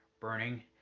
burning